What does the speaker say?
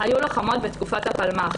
היו לוחמות בתקופת הפלמ"ח.